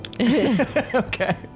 Okay